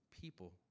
people